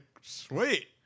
sweet